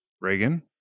Reagan